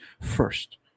first